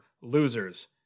losers